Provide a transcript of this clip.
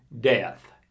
death